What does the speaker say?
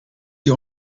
die